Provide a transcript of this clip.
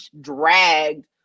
dragged